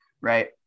right